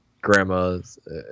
grandma's